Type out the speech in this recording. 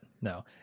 No